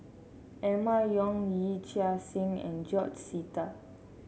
Emma Yong Yee Chia Hsing and George Sita